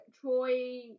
Troy